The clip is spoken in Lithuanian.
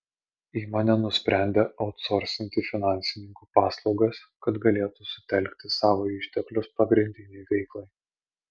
įmonė nusprendė autsorsinti finansininkų paslaugas kad galėtų sutelkti savo išteklius pagrindinei veiklai